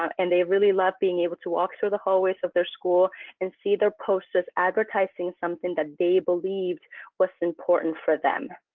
um and they really love being able to walk through the hallways of their school and see their posters advertising something that they believed was important for them.